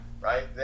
right